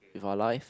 with our life